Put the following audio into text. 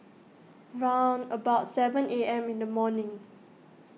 round about seven A M in the morning